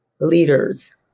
leaders